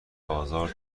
آزار